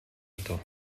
одов